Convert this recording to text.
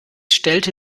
stellte